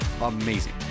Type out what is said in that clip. amazing